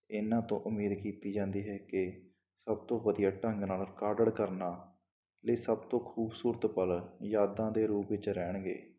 ਇਨ੍ਹਾਂ ਤੋਂ ਉਮੀਦ ਕੀਤੀ ਜਾਂਦੀ ਹੈ ਕਿ ਸਭ ਤੋਂ ਵਧੀਆ ਢੰਗ ਨਾਲ ਰਿਕਾਡਡ ਕਰਨਾ ਇਹ ਸਭ ਤੋਂ ਖੂਬਸੂਰਤ ਪਲ ਯਾਦਾਂ ਦੇ ਰੂਪ ਵਿੱਚ ਰਹਿਣਗੇ